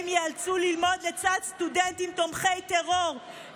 ייאלצו ללמוד לצד סטודנטים תומכי טרור,